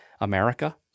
America